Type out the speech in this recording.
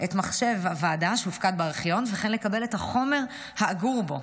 את מחשב הוועדה שהופקד בארכיון וכן לקבל את החומר האגור בו.